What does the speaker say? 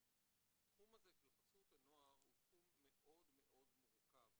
התחום הזה של חסות הנוער הוא תחום מאוד מאוד מורכב,